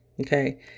Okay